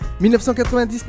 1999